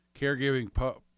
Caregiving